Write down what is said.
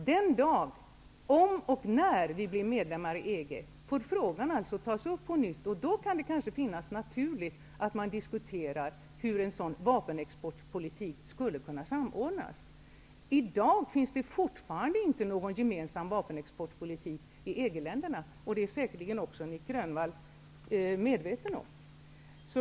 Den dag, om och när Sverige blir medlem i EG, får frågan på nytt tas upp. Då kan det vara naturligt att diskutera hur en sådan vapenexportpolitik kan samordnas. I dag finns det i EG-länderna ännu inte någon gemensam vapenexportpolitik. Detta är säkerligen Nic Grönvall medveten om.